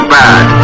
bad